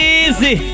easy